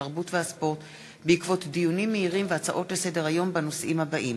התרבות והספורט בעקבות דיונים מהירים והצעות לסדר-היום בנושאים הבאים: